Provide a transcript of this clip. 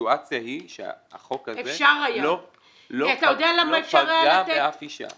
הסיטואציה היא שהחוק הזה --- לא פגע באף אישה.